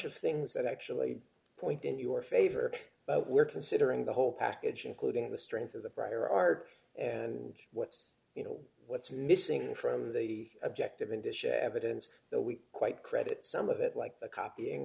of things that actually point in your favor but we're considering the whole package including the strength of the prior art and what's you know what's missing from the objective in addition evidence that we quite credit some of it like the copying